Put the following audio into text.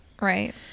right